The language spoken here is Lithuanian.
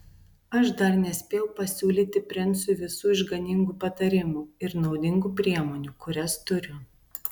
aš dar nespėjau pasiūlyti princui visų išganingų patarimų ir naudingų priemonių kurias turiu